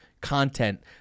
content